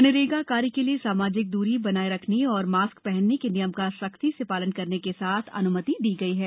मनरेगा कार्य के लिए सामाजिक द्री बनाये रखने और मास्क पहनने के नियम का सख्ती से पालन करने के साथ अन्यमति दी गई है